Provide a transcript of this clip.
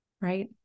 right